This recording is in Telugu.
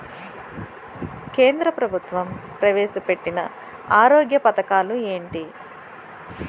కేంద్ర ప్రభుత్వం ప్రవేశ పెట్టిన ఆరోగ్య పథకాలు ఎంటి?